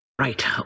Right